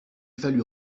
fallut